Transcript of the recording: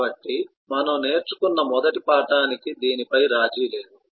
కాబట్టి మనం నేర్చుకున్న మొదటి పాఠానికి దీనిపై రాజీ లేదు